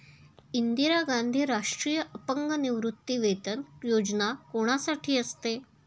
इंदिरा गांधी राष्ट्रीय अपंग निवृत्तीवेतन योजना कोणासाठी असते?